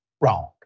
wrong